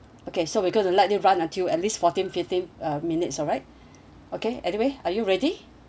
okay so we go to let you run until at least fourteen fifteen uh minutes alright okay anyway are you ready